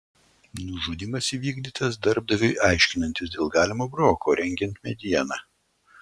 nužudymas įvykdytas darbdaviui aiškinantis dėl galimo broko rengiant medieną